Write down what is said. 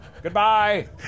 Goodbye